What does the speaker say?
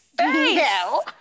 No